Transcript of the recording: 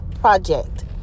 project